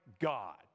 God